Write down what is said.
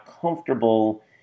comfortable